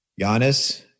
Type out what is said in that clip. Giannis